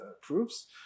proofs